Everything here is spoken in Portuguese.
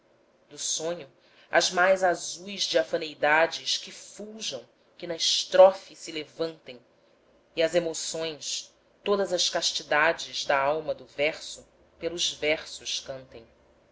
do sonho as mais azuis diafaneidades que fuljam que na estrofe se levantem e as emoções sodas as castidades da alma do verso pelos versos cantem